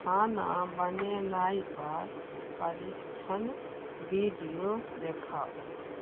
खाना बनेनाइ पर परिक्षण बीडियो देखाउ